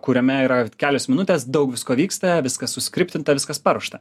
kuriame yra kelios minutės daug visko vyksta viskas suskriptinta viskas paruošta